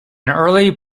early